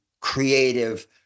creative